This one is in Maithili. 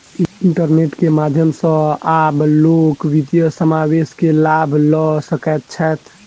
इंटरनेट के माध्यम सॅ आब लोक वित्तीय समावेश के लाभ लअ सकै छैथ